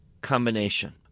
combination